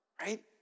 right